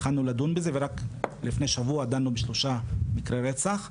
התחלנו לדון בזה רק לפני שבוע דנו בשלושה מקרי רצח.